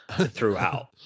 throughout